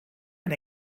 and